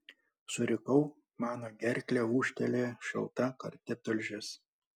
surikau mano gerkle ūžtelėjo šilta karti tulžis